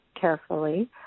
carefully